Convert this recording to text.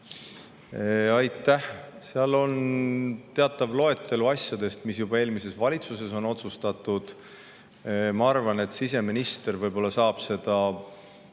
Aitäh! On teatav loetelu asjadest, mis on juba eelmises valitsuses otsustatud. Ma arvan, et siseminister saab seda